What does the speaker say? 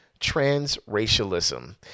transracialism